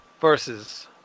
versus